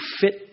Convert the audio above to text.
fit